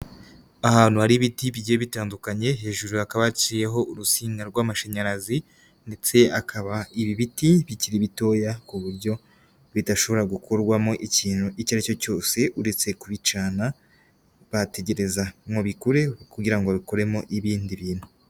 Ahantu hari ibiti bigiye bitandukanye, hejuru hakaba haciyeho urusinga rw'amashanyarazi ndetse akaba ibi biti bikiri bitoya ku buryo bidashobora gukorwamo ikintu icyo ari cyo cyose uretse kubicana, bategereza ngo bikureho kugira ngo bikuremo ibindi bintu.